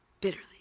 bitterly